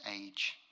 age